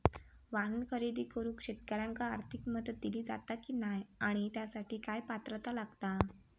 वाहन खरेदी करूक शेतकऱ्यांका आर्थिक मदत दिली जाता की नाय आणि त्यासाठी काय पात्रता लागता?